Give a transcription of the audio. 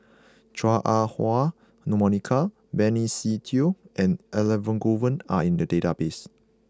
Chua Ah Huwa Monica Benny Se Teo and Elangovan are in the database